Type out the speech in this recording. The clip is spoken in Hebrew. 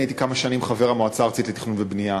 אני הייתי כמה שנים חבר המועצה הארצית לתכנון ובנייה,